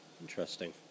Interesting